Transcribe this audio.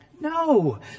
No